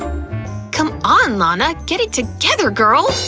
come on, lana, get it together, girl!